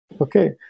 Okay